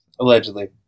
Allegedly